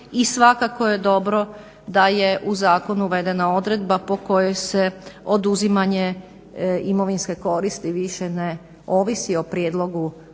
I svakako je dobro da je u zakon uvedena odredba po kojoj se oduzimanje imovinske koristi više ne ovisi o prijedlogu